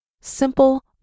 simple